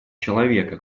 человека